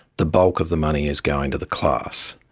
the bulk of the money is going to the class.